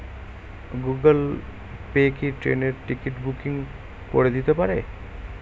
Google Pay কি ট্রেনের ticket booking করে দিতে পারে?